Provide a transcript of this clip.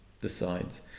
decides